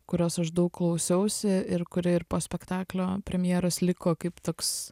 kurios aš daug klausiausi ir kuri ir po spektaklio premjeros liko kaip toks